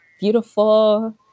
beautiful